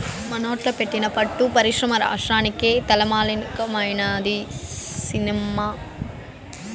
మనోట్ల పెట్టిన పట్టు పరిశ్రమ రాష్ట్రానికే తలమానికమైనాది సినమ్మా